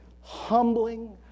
humbling